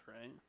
right